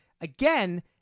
again